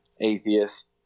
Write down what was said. atheist